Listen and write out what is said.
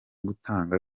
gutanga